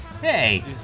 Hey